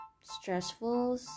stressful